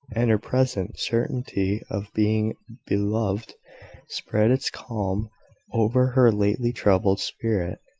and her present certainty of being beloved spread its calm over her lately-troubled spirit,